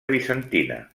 bizantina